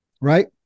right